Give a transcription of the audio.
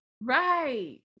Right